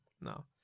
no